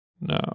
No